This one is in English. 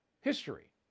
history